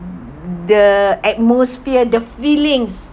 the atmosphere the feelings